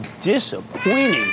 disappointing